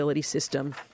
system